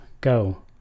go